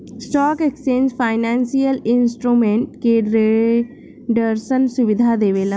stock exchange financial instrument के ट्रेडरसन सुविधा देवेला